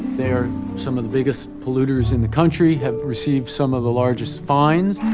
they are some of the biggest polluters in the country have received some of the largest fines.